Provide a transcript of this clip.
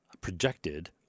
projected